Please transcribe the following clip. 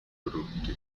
frutti